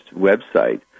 website